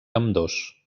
ambdós